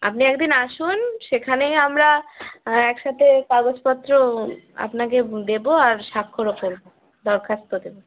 আপনি একদিন আসুন সেখানেই আমরা একসাথে কাগজপত্র আপনাকে দেবো আর স্বাক্ষরও করব দরখাস্ত দেবো